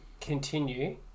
continue